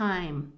Time